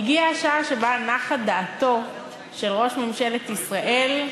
הגיעה השעה שבה נחה דעתו של ראש ממשלת ישראל,